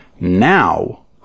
Now